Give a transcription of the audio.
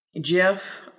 Jeff